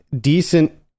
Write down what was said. decent